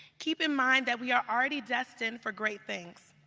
keep in mind that we are already destined for great things.